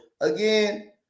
again